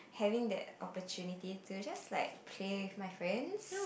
having that opportunity to just like play with my friends